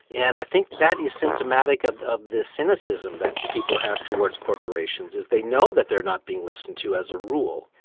and i think that is symptomatic of of the cynicism that people have towards corporations, is they know that they're not being listened to as a rule.